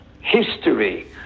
history